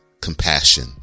compassion